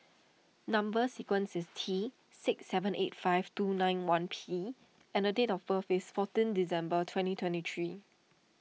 Number Sequence is T six seven eight five two nine one P and date of birth is fourteen December twenty twenty three